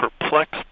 perplexed